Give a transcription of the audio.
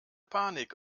panik